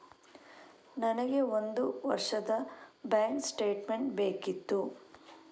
ನನಗೆ ಒಂದು ವರ್ಷದ ಬ್ಯಾಂಕ್ ಸ್ಟೇಟ್ಮೆಂಟ್ ಬೇಕಿತ್ತು